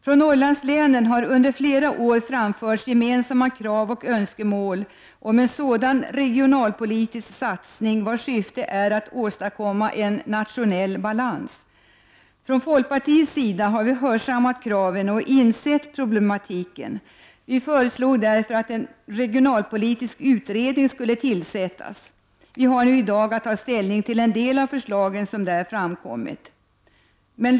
Från Norrlandslänen har under flera år framförts gemensamma krav och önskemål om en regionalpolitisk satsning vars syfte är att åstadkomma en nationell balans. Från folkpartiets sida har vi hörsammat kraven och insett problematiken. Vi föreslår därför att en regionalpolitisk utredning skall tillsättas. Vi har i dag att ta ställning till en del av förslagen som framkommit i det sammanhanget.